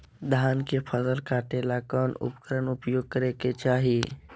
धान के फसल काटे ला कौन उपकरण उपयोग करे के चाही?